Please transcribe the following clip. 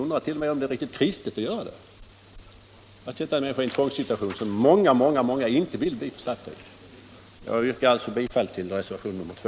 Jag undrar t.o.m. om det är riktigt kristet att sätta en människa i en tvångssituation som många, många inte vill bli försatta i. Jag yrkar alltså bifall till reservationen 2.